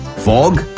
fog,